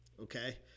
Okay